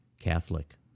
Catholic